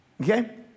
Okay